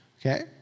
okay